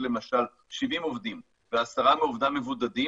למשל 70 עובדים ועשרה מעובדיו מבודדים,